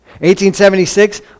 1876